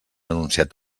anunciat